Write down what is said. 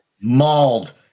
mauled